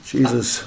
Jesus